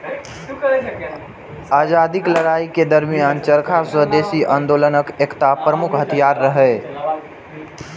आजादीक लड़ाइ के दरमियान चरखा स्वदेशी आंदोलनक एकटा प्रमुख हथियार रहै